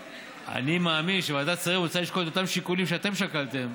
אני מאמין שוועדת שרים רוצה לשקול את אותם שיקולים שאתם שקלתם,